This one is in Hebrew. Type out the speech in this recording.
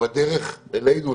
שבדרך אלינו,